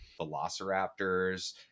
Velociraptors